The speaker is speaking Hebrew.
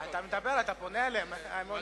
אתה פונה אליהם, הם עונים לך.